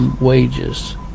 wages